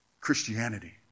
Christianity